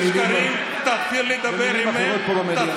לנקוט, תפסיק לדבר שקרים, מילים אחרות פה במליאה.